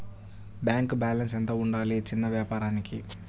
Bank balance ఎంత ఉండాలి చిన్న వ్యాపారానికి?